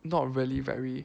not really very